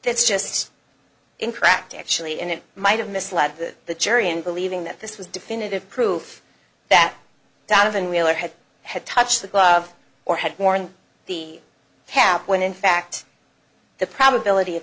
that's just in cracked actually and it might have misled the the jury and believing that this was definitive proof that donovan wheeler had had touched the glove or had worn the pap when in fact the probability of